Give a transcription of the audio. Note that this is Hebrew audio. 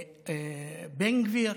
בן גביר